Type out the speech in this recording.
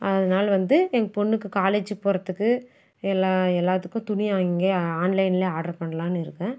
அதனால் வந்து எங்கள் பொண்ணுக்கு காலேஜு போகிறத்துக்கு எல்லா எல்லாத்துக்கும் துணி அங்கையே ஆன்லைன்லயே ஆர்டர் பண்ணலான்னு இருக்கேன்